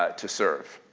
ah to serve.